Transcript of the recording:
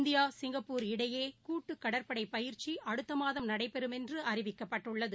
India Singapore இடையேகூட்டுகடற்படைபயிற்சிஅடுத்தமாதம் நடைபெறும் என்றுஅறிவிக்கப்பட்டுள்ளது